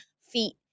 feet